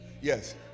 Yes